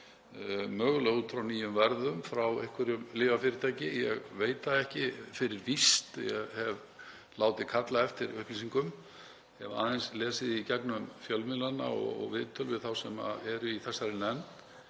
mögulega út frá nýjum vörðum frá einhverju lyfjafyrirtæki, ég veit það ekki fyrir víst. Ég hef látið kalla eftir upplýsingum og hef aðeins lesið í gegnum fjölmiðlana og viðtöl við þá sem eru í þessari nefnd.